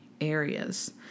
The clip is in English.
areas